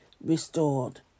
restored